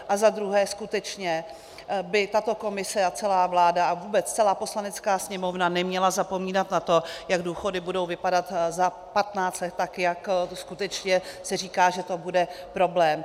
A za druhé, skutečně by tato komise a celá vláda a vůbec celá Poslanecká sněmovna neměly zapomínat na to, jak budou důchody vypadat za patnáct let, tak, jak skutečně se říká, že to bude problém.